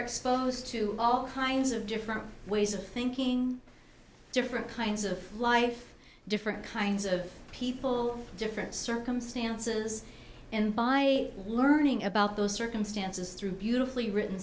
exposed to all kinds of different ways of thinking different kinds of life different kinds of people different circumstances and by learning about those circumstances through beautifully written